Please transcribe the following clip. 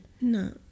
No